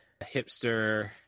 hipster